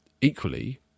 Equally